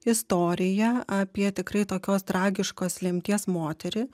istoriją apie tikrai tokios tragiškos lemties moterį